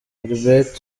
albert